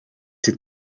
sydd